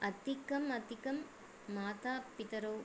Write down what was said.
अधिकं अधिकं माता पितरौ